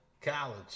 college